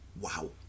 wow